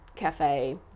Cafe